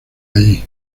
allí